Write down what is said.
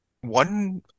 One